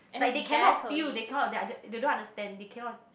like they cannot feel they cannot they they don't understand they cannot